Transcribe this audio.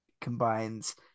Combines